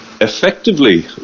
Effectively